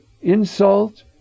insult